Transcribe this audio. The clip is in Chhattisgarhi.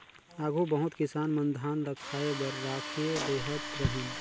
आघु बहुत किसान मन धान ल खाए बर राखिए लेहत रहिन